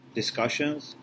discussions